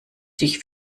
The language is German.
sich